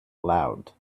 loud